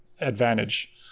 advantage